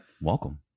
Welcome